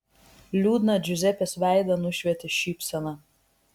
liūdną džiuzepės veidą nušvietė šypsena